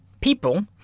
people